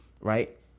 right